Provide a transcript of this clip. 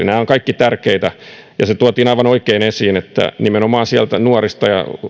nämä ovat kaikki tärkeitä se tuotiin aivan oikein esiin että nimenomaan sieltä nuorista ja